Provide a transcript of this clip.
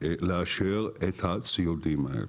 לאשר את הציודים האלה.